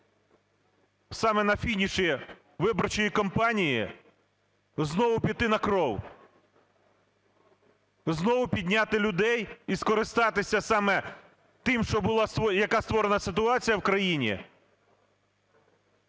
саме на фініші виборчої кампанії знову піти на кров, знову підняти людей і скористатися саме тим, що була, яка створена ситуація в країні.